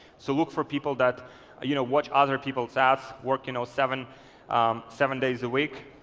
so look for people that you know watch other people's ads. working ah seven seven days a week.